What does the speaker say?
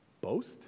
boast